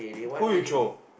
who you throw